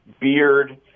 Beard